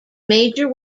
major